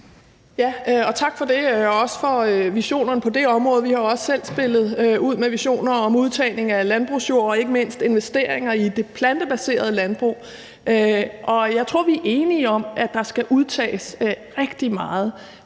Tak for det og også for visionerne på det område. Vi har jo også selv spillet ud med visioner om udtagning af landbrugsjord og ikke mindst investeringer i det plantebaserede landbrug. Jeg tror, vi er enige om, at der skal udtages rigtig meget,